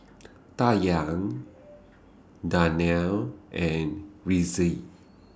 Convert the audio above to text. Dayang Danial and Rizqi